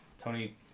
Tony